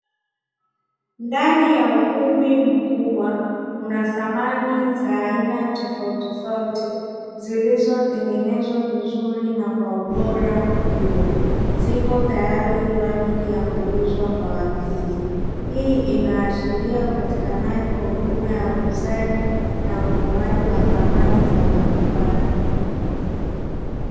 Ndani ya ukumbi mkubwa kuna samani za aina tofautitofauti zilizotengezwa vizuri na kwa ubora mkubwa, zipo tayari kwa ajili ya kuuzwa kwa wateja. Hii inashiria upatakanaji wa huduma ya uuzaji na ununuaji wa samani za majumbani.